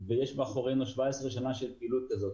ויש מאחורינו 17 שנים של פעילות כזאת.